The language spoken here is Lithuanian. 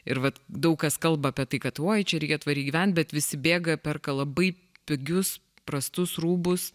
ir vat daug kas kalba apie tai kad oi čia reikia tvariai gyvent bet visi bėga perka labai pigius prastus rūbus